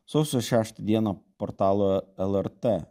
sausio šeštą dieną portalo lrt